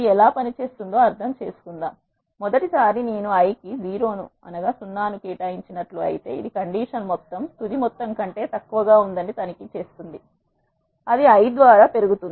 ఇది ఎలా పని చేస్తుందో అర్థం చేసుకుందాం మొదటి సారి నేను i కి 0 ను కేటాయించి నట్లు అయితే ఇది కండీషన్ మొత్తం తుది మొత్తం కంటే తక్కువగా ఉందని తనిఖీ చేస్తుంది అది i ద్వారా పెరుగుతుంది